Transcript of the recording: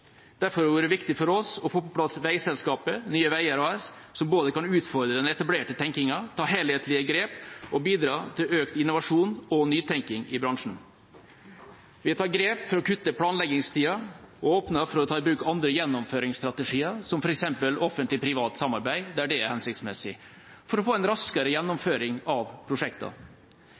Derfor har det vært viktig for oss å få på plass veiselskapet Nye Veier AS, som både kan utfordre den etablerte tenkingen, ta helhetlige grep og bidra til økt innovasjon og nytenking i bransjen. Vi tar grep for å kutte planleggingstida og åpner for å ta i bruk andre gjennomføringsstrategier, som f.eks. offentlig–privat samarbeid der det er hensiktsmessig, for å få en raskere